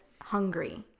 hungry